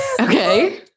Okay